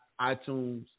iTunes